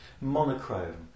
monochrome